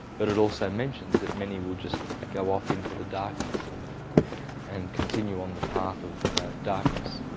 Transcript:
but it also mentions that many will just go off into the darkness and and continue on the path of darkness.